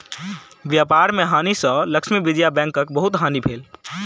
व्यापार में हानि सँ लक्ष्मी विजया बैंकक बहुत हानि भेल